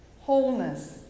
wholeness